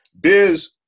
Biz